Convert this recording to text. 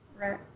right